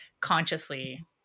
consciously